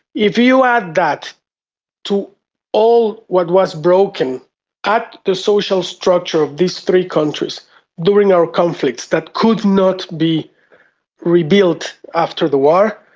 if you add that to all what was broken at the social structure of these three countries during our conflicts that could not be rebuilt after the war,